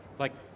like,